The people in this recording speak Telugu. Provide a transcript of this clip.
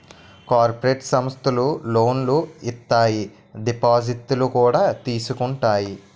కోపరేటి సమస్థలు లోనులు ఇత్తాయి దిపాజిత్తులు కూడా తీసుకుంటాయి